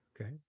Okay